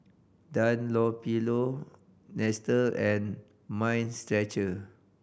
Dunlopillo Nestle and Mind Stretcher